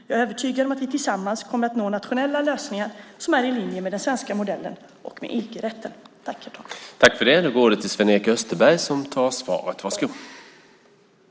Jag är övertygad om att vi tillsammans kommer att nå nationella lösningar som är i linje med den svenska modellen och med EG-rätten. Då Mona Sahlin, som framställt interpellationen, anmält att hon var förhindrad att närvara vid sammanträdet medgav förste vice talmannen att Sven-Erik Österberg i stället fick delta i överläggningen.